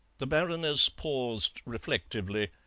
the baroness paused reflectively,